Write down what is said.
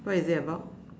what is it about